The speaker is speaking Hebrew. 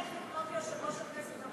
היה צריך לפנות ליושב-ראש הכנסת.